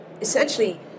essentially